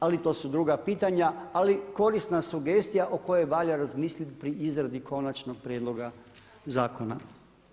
Ali to su druga pitanja ali korisna sugestija o kojoj valja razmisliti pri izradi konačnog prijedloga zakona.